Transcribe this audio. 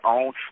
own